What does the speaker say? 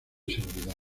seguridad